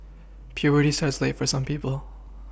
puberty starts late for some people